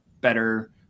better